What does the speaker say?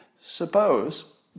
Suppose